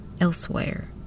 elsewhere